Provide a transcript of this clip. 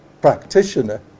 practitioner